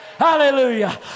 Hallelujah